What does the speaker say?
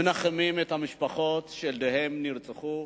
מנחמים את המשפחות שילדיהן נרצחו